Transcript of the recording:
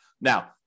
Now